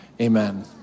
amen